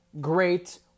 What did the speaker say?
great